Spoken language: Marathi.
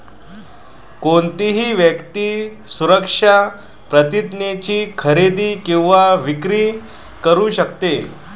कोणतीही व्यक्ती सुरक्षा प्रतिज्ञेची खरेदी किंवा विक्री करू शकते